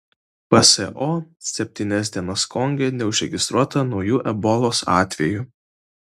pso septynias dienas konge neužregistruota naujų ebolos atvejų